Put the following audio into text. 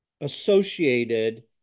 associated